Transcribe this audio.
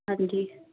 ਹਾਂਜੀ